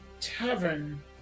Tavern